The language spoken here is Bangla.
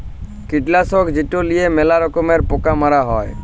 কীটলাসক যেট লিঁয়ে ম্যালা রকমের পকা মারা হ্যয়